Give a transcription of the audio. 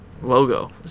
Logo